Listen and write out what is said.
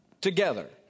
together